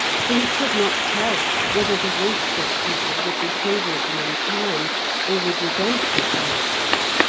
for he could not tell whether the wolfstead people would be favourably inclined or would resent his selection.